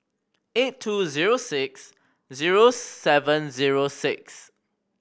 eight two zero six zero seven zero six